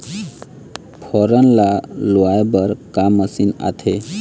फोरन ला लुआय बर का मशीन आथे?